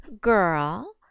girl